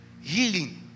Healing